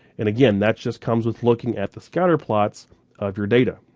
and again, that just comes with looking at the scatterplots of your data.